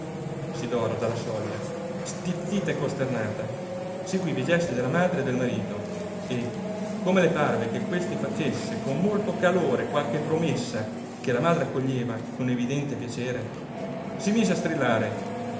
solo sidora dalla soglia stizzita e costernata seguiva i gesti della madre e del marito e come le parve che questi facesse con molto calore qualche promessa che la madre accoglieva con evidente piacere si mise a strillare